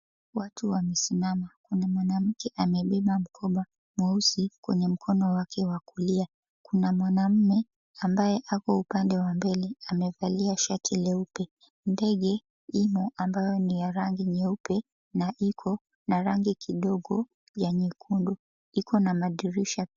Watu wamesimama kuna mwanamke amebeba mkoba mweusi kwenye mkono wake wa kulia, kuna mwanamume ambaye ako upande wa mbele, amevalia shati leupe. Ndege imo ambayo ni ya rangi nyeupe na iko na rangi kidogo ya nyekundu, iko na madirisha.